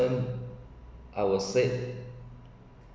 ~ment I will said